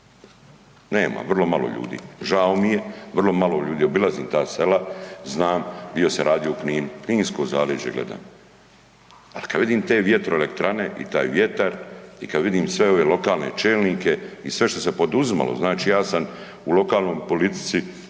nema vrlo malo ljudi. Žao mi je, vrlo malo ljudi, obilazim ta sela, znam bio sam radio u Kninu. Kninsko zaleđe gledam, ali kada vidim te vjetroelektrane i taj vjetar i kada vidim sve ove lokalne čelnike i sve što se poduzimalo, znači ja sam u lokalnoj politici